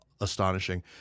astonishing